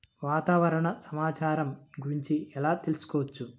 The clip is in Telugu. వాతావరణ సమాచారం గురించి ఎలా తెలుసుకోవచ్చు?